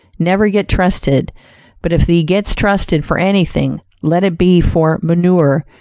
never get trusted but if thee gets trusted for anything, let it be for manure,